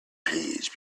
page